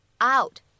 out